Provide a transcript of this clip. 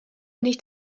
nicht